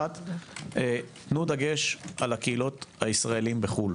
אחת, תנו דגש על הקהילות של הישראליים בחו"ל.